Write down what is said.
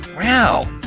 wow!